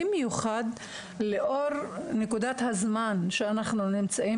במיוחד לאור נקודת הזמן שאנחנו נמצאים